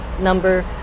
number